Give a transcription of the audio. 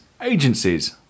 agencies